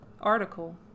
Article